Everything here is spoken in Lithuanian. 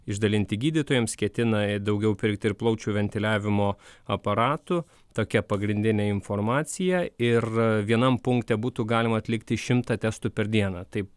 išdalinti gydytojams ketina daugiau pirkti ir plaučių ventiliavimo aparatų tokia pagrindinė informacija ir vienam punkte būtų galima atlikti šimtą testų per dieną taip